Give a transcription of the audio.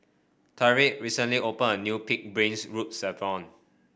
Tyriq recently opened a new pig's brain